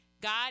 God